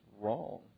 wrong